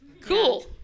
Cool